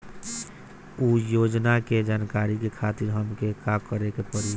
उ योजना के जानकारी के खातिर हमके का करे के पड़ी?